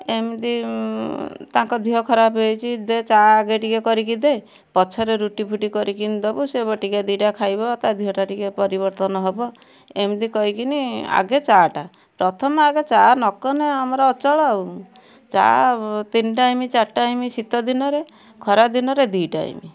ଏମିତି ତାଙ୍କ ଦିହ ଖରାପେ ହେଇଛି ଦେ ଚା ଆଗେ ଟିକେ କରିକି ଦେ ପଛରେ ରୁଟି ଫୁଟି କରିକିନି ଦବୁ ସେ ବଟିକା ଦୁଇଟା ଖାଇବ ତା ଦିହଟା ଟିକେ ପରିବର୍ତ୍ତନ ହବ ଏମତି କଇକିନି ଆଗେ ଚା ଟା ପ୍ରଥମେ ଆଗେ ଚା ନ କନେ ଆମର ଅଚଳ ଆଉ ଚା ତିନି ଟାଇମି ଚାରି ଟାଇମି ଶୀତଦିନରେ ଖରାଦିନରେ ଦୁଇ ଟାଇମି